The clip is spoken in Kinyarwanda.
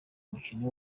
umukino